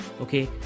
Okay